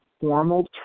formal